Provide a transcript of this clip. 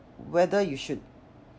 whether you should